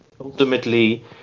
Ultimately